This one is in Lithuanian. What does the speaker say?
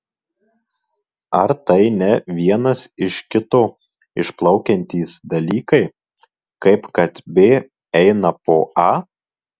ar tai ne vienas iš kito išplaukiantys dalykai kaip kad b eina po a